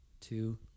two